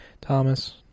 Thomas